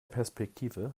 perspektive